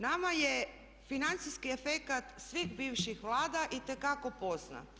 Nama je financijski efekt svih bivših Vlada itekako poznat.